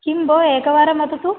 किं भो एकवारम् वदतु